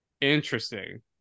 Interesting